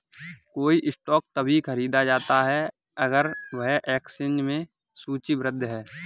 कोई स्टॉक तभी खरीदा जाता है अगर वह एक्सचेंज में सूचीबद्ध है